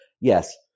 yes